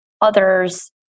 others